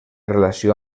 relació